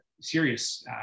serious